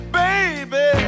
baby